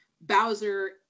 bowser